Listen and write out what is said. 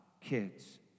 kids